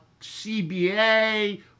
CBA